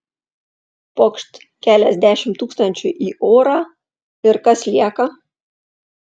pokšt keliasdešimt tūkstančių į orą ir kas lieka